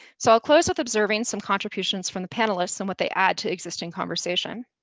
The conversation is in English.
so, i'll close with observing some contributions from the panelists and what they add to existing conversation.